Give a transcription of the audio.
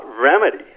remedy